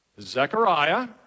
Zechariah